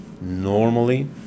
normally